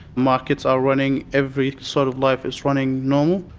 markets are running, every sort of life is running normal.